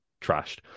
trashed